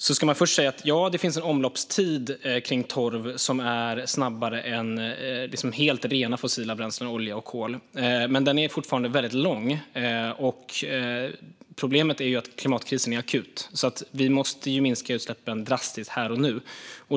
Ja, omloppstiden är kortare för torv än för olja och kol, som är helt fossila bränslen. Men den är ändå väldigt lång. Problemet är att klimatkrisen är akut. Vi måste minska utsläppen drastiskt här och nu.